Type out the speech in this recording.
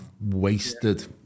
wasted